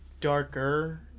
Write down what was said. darker